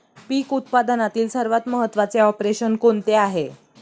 पीक उत्पादनातील सर्वात महत्त्वाचे ऑपरेशन कोणते आहे?